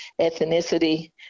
ethnicity